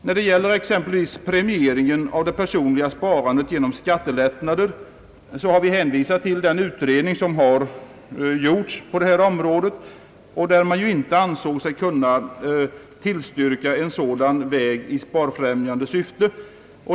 När det gäller exempelvis premieringen av det personliga sparandet genom skattelättnader hänvisar vi till en utredning som gjorts på detta område och som inte ansåg sig kunna tillstyrka en sådan väg i sparfrämjande syfte.